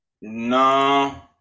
No